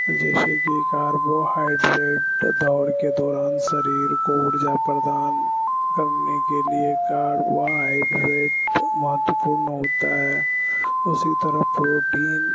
جیسے کہ کاربوہائیڈریٹ دوڑ کے دوران سریر کو ارجا پردان کرنے کے لیے کاربوہائڈریٹ مہتوپورن ہوتا ہے اسی طرح پروٹین